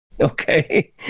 Okay